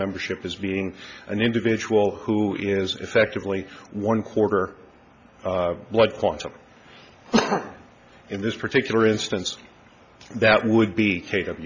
membership is being an individual who is effectively one quarter blood quantum in this particular instance that would be taken